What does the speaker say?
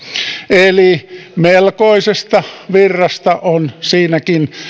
eli melkoisesta virrasta on siinäkin